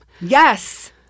Yes